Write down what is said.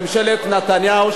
ממשלת נתניהו,